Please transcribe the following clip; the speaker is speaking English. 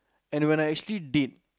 and when I actually date